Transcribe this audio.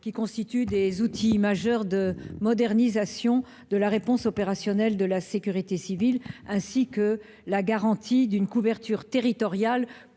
qui constituent des outils majeurs de modernisation de la réponse opérationnelle de la sécurité civile, ainsi que la garantie d'une couverture territoriale